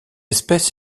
espèce